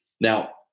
Now